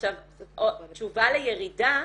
תשובה לירידה,